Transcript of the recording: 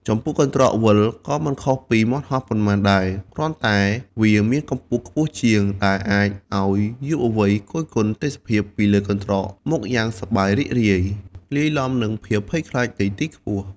ចំពោះ កន្រ្តកវិល ក៏មិនខុសពីមាន់ហោះប៉ុន្មានដែរ គ្រាន់តែវាមានកម្ពស់ខ្ពស់ជាងដែលអាចឲ្យយុវវ័យគយគន់ទេសភាពពីលើកន្រ្តកមកយ៉ាងសប្បាយរីករាយ លាយលំនិងភាពភ័យខ្លាចនៃទីខ្ពស់។